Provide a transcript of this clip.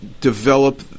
develop